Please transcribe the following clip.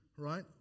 right